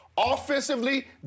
Offensively